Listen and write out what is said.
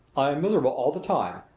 miserable all the time,